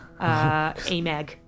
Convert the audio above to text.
AMAG